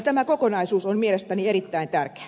tämä kokonaisuus on mielestäni erittäin tärkeä